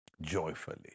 joyfully